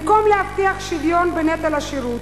במקום להבטיח שוויון בנטל השירות,